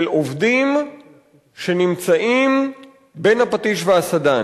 של עובדים שנמצאים בין הפטיש לסדן,